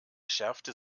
schärfte